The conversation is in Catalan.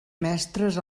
mestres